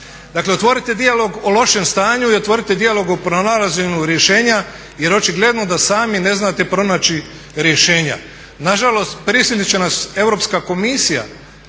Dakle otvorite dijalog o lošem stanju i otvorite dijalog o pronalaženju rješenja jer očigledno da sami ne znate pronaći rješenja. Nažalost, prisilit će nas Europska komisija